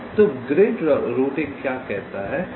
तो grid routing क्या कहता है